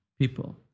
people